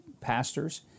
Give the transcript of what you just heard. pastors